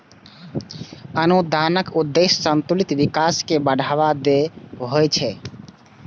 अनुदानक उद्देश्य संतुलित विकास कें बढ़ावा देनाय होइ छै